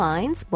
Lines